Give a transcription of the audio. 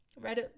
right